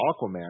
Aquaman